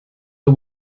the